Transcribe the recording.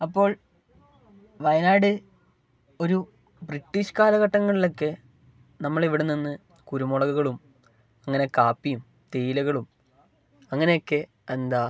അപ്പോൾ വയനാട് ഒരു ബ്രിട്ടീഷ് കാലഘട്ടങ്ങളിലൊക്കെ നമ്മളിവിടെ നിന്നു കുരുമുളകുകളും അങ്ങനെ കാപ്പിയും തേയിലകളും അങ്ങനെയൊക്കെ എന്താ